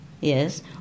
Yes